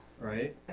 right